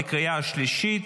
בקריאה שלישית.